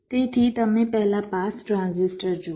તેથી તમે પહેલા પાસ ટ્રાન્ઝિસ્ટર જુઓ